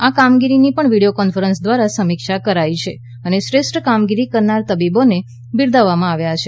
આ કામગીરીની પણ વીડિયો કોન્ફરન્સ દ્વારા સમીક્ષા કરાઇ છે અને શ્રેષ્ઠ કામગીરી કરનાર તબીબોને બિરદાવવામાં આવ્યા છે